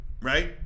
Right